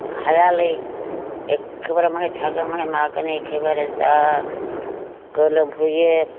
हायालै एखेबारे बहाय थागोन बहाय मागोन एखेबारे जा गोलोमफ्रुयो